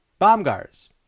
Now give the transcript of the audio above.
Bombgars